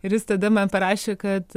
ir jis tada man parašė kad